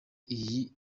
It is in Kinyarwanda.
iyi